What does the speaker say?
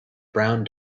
brown